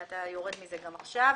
אתה יורד מזה גם עכשיו.